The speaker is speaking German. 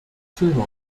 filme